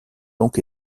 donc